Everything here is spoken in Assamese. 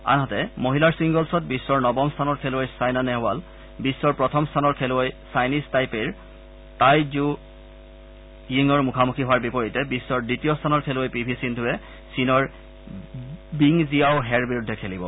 আনহাতে মহিলাৰ ছিংগলছত বিশ্বৰ নৱম স্থানৰ খেলুৱৈ ছাইনা নেহৱাল বিশ্বৰ প্ৰথম স্থানৰ খেলুৱৈ চাইনিজ টাইপেইৰ টাই জ্য য়িঙৰ মুখামুখি হোৱাৰ বিপৰীতে বিশ্বৰ দ্বিতীয় স্থানৰ খেলুৱৈ পি ভি সিন্ধুৰে চীনৰ বিংজিয়াও হেৰ বিৰুদ্ধে খেলিব